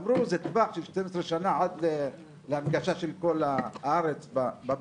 אמרו זה טווח של שתים עשרה שנה עד להנגשה של כל הארץ בבין-עירוני.